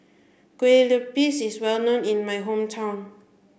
Kueh Lapis is well known in my hometown